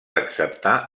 acceptar